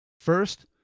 First